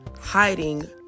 hiding